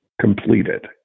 completed